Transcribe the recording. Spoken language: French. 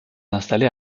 installée